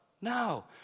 No